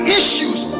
issues